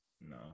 no